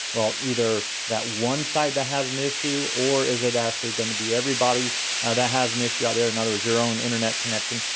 well either that one side that has an issue or is it actually going to be everybody that has an issue out there, in other words your own internet connection,